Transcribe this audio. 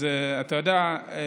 אז אתה יודע,